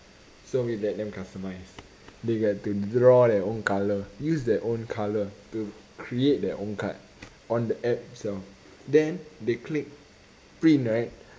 so we let them customise they get to draw their own colour use their own colour to create their own card on the app itself then they click print right